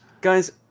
guys